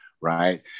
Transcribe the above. Right